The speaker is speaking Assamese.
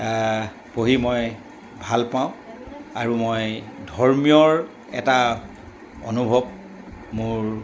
পঢ়ি মই ভাল পাওঁ আৰু মই ধৰ্মীয়ৰ এটা অনুভৱ মোৰ